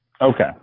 Okay